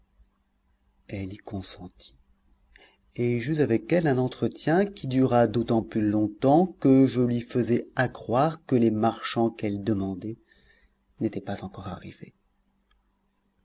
elle y consentit et j'eus avec elle un entretien qui dura d'autant plus longtemps que je lui faisais accroire que les marchands qu'elle demandait n'étaient pas encore arrivés